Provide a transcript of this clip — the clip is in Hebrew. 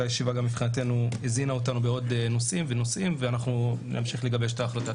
הישיבה מבחינתנו הזינה אותנו בעוד נושאים ונמשיך לגבש את ההחלטה.